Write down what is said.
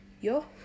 yo